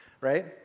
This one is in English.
right